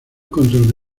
control